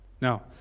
Now